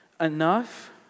enough